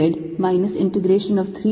z surface 3zdxdy